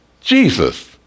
Jesus